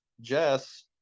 Jess